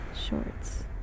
shorts